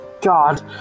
God